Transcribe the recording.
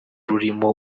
rurimo